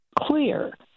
clear